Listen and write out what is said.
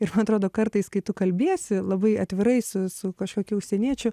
ir man atrodo kartais kai tu kalbiesi labai atvirai su su kažkokiu užsieniečiu